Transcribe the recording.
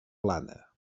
plana